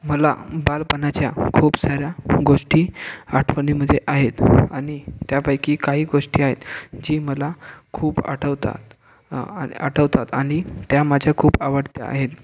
मला बालपणाच्या खूप साऱ्या गोष्टी आठवणीमध्ये आहेत आणि त्यापैकी काही गोष्टी आहेत जी मला खूप आठवता आठवतात आणि त्या माझ्या खूप आवडत्या आहेत